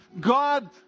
God